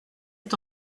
est